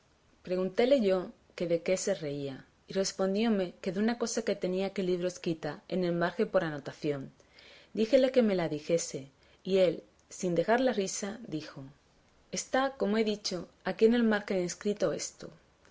preguntéle yo que de qué se reía y respondióme que de una cosa que tenía aquel libro escrita en el margen por anotación díjele que me la dijese y él sin dejar la risa dijo está como he dicho aquí en el margen escrito esto